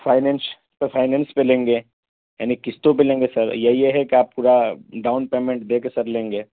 finance finance پہ لیں گے یعنی قسطوں پہ لیں گے سر یا یہ ہے کہ آپ پورا ڈاؤن پیمنٹ دے کے سر لیں گے